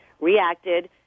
reacted